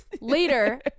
later